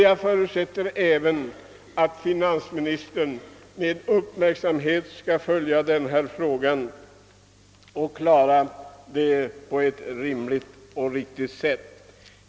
Jag förutsätter även att finansministern med uppmärksamhet skall följa denna fråga och försöka lösa problemen på ett rimligt och riktigt sätt.